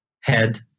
head